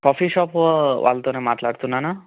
coffee shop వాళ్ళతో మాట్లాడుతున్నానా